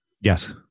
Yes